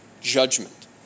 judgment